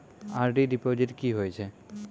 RD deposit की होय छै?